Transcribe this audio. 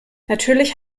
natürlich